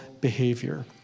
behavior